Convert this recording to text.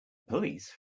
police